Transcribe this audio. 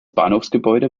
bahnhofsgebäude